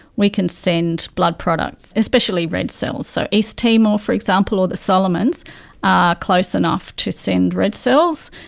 we can send blood products, especially red cells. so east timor, for example, or the solomons are close enough to send red cells,